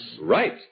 Right